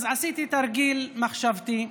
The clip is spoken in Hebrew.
אז עשיתי תרגיל מחשבתי,